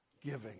giving